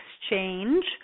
exchange